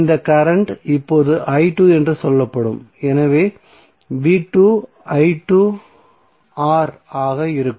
இந்த கரண்ட் இப்போது என்று சொல்லப்படும் எனவே R ஆக இருக்கும்